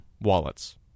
wallets